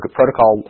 protocol